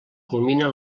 culmina